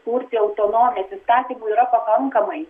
kurti autonomijos įstatymų yra pakankamai